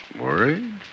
Worried